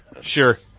sure